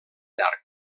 llarg